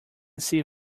see